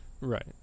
right